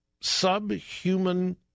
subhuman